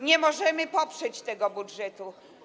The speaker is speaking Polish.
Nie możemy poprzeć tego budżetu.